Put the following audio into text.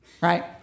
right